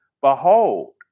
Behold